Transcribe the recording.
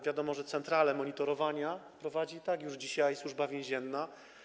Wiadomo, że centralę monitorowania prowadzi i tak już dzisiaj Służba Więzienna.